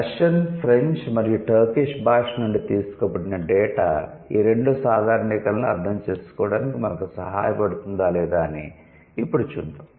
Russian French మరియు Turkish భాషనుండి తీసుకోబడిన డేటా ఈ రెండు సాధారణీకరణలను అర్థం చేసుకోవడానికి మనకు సహాయపడుతుందా లేదా అని ఇప్పుడు చూద్దాం